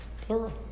plural